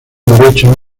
derecho